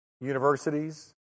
universities